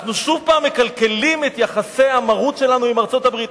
אנחנו שוב מקלקלים את יחסי המרות שלנו עם ארצות-הברית.